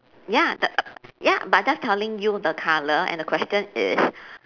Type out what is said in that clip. ya that err ya but I just telling you the colour and the question is